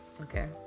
Okay